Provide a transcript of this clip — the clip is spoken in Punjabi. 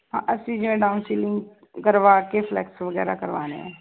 ਹਾਂ ਅਸੀਂ ਜਿਵੇਂ ਡਾਊਨ ਸਿਲਿੰਗ ਕਰਵਾ ਕੇ ਫਲੈਕਸ ਵਗੈਰਾ ਕਰਵਾਉਣੇ ਹੈ